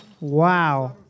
Wow